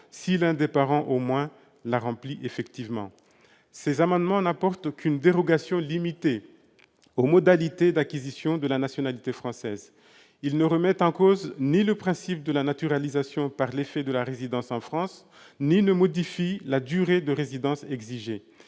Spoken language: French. si l'un des parents au moins la remplit effectivement. Ces amendements n'apportent aucune dérogation limitée aux modalités d'acquisition de la nationalité française. Ils ne remettent pas en cause le principe de la naturalisation par l'effet de la résidence en France et ne modifient pas la durée de résidence exigée.